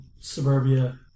suburbia